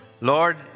Lord